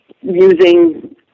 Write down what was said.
using